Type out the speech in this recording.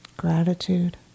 gratitude